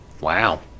Wow